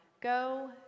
Go